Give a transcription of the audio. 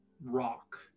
rock